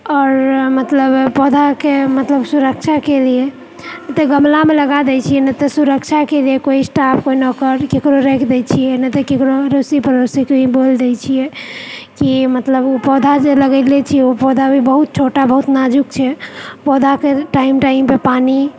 आओर मतलब पौधाके सुरक्षाके लिअऽ तऽ गमलामे लगा दए छिऐ नहि तऽ सुरक्षाके लिअऽ कोइ स्टाफ केओ नौकर केकरो राखि दए छिऐ नहि तऽ केकरो अड़ोसी पड़ोसीके ही बोल दए छिऐ कि मतलब ओ पौधा जे लगओने छिऐ ओ पौधा अभी बहुत छोटा बहुत नाजुक छै पौधाके टाइम टाइम पर पानी